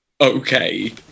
okay